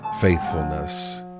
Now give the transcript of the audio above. faithfulness